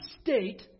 state